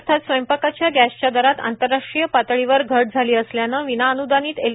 अर्थात स्वयंपाकाच्या गॅसच्या दरात आंतरराष्ट्रीय पातळीवर घट झाली असल्यानं विनाअन्दानित एल